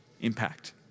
impact